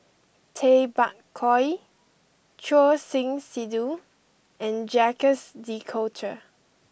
Tay Bak Koi Choor Singh Sidhu and Jacques de Coutre